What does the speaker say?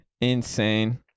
insane